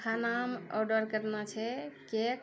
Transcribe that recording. खानामे आर्डर करना छै केक